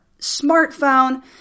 smartphone